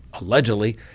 allegedly